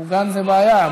מוגן זה בעיה.